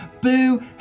Boo